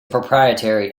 proprietary